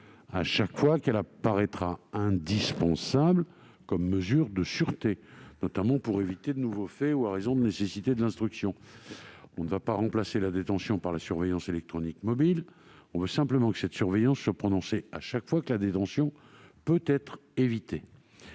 -chaque fois qu'elle apparaîtra indispensable comme mesure de sûreté, notamment pour éviter de nouveaux faits ou à raison de nécessités de l'instruction. Il ne s'agit pas de remplacer la détention par la surveillance électronique mobile : nous voulons simplement que cette surveillance soit prononcée chaque fois que la détention peut être évitée.